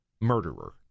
murderer